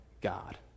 God